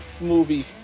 movie